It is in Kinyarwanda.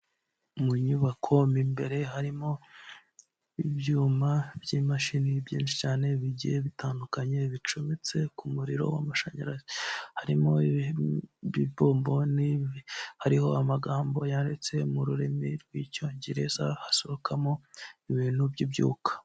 Mu nyubako mu mbere harimo ibyuma by'imashini byinshi cyane bigiye bitandukanye bicometse ku muriro w'amashanyarazi, harimo ibibombone, hariho amagambo yanditse mu rurimi rw'icyongereza hasohokamo ibintu by'ibyuka.